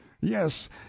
yes